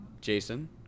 Jason